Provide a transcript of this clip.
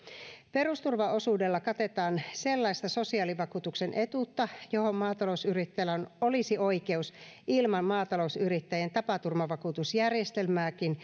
perusturvaosuudella katetaan sellaista sosiaalivakuutuksen etuutta johon maatalousyrittäjällä olisi oikeus ilman maatalousyrittäjien tapaturmavakuutusjärjestelmääkin